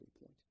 point